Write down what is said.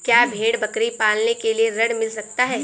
क्या भेड़ बकरी पालने के लिए ऋण मिल सकता है?